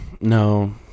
No